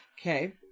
Okay